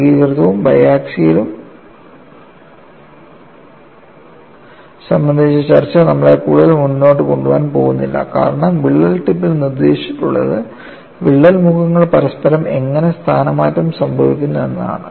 ഏകീകൃതവും ബയാക്സിയലും സംബന്ധിച്ച ചർച്ച നമ്മളെ കൂടുതൽ മുന്നോട്ട് കൊണ്ടുപോകാൻ പോകുന്നില്ല കാരണം വിള്ളൽ ടിപ്പിൽ നിർദ്ദേശിച്ചിട്ടുള്ളത് വിള്ളൽ മുഖങ്ങൾ പരസ്പരം എങ്ങനെ സ്ഥാനമാറ്റം സംഭവിക്കുന്നു എന്നതാണ്